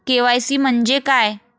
KYC म्हंजे काय?